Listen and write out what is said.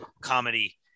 comedy